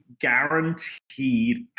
guaranteed